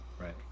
right